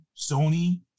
Sony